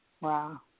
Wow